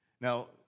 Now